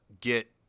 get